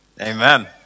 Amen